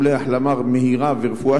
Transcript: אני רוצה לאחל איחולי החלמה מהירה ורפואה